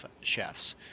chefs